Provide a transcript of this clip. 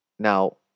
Now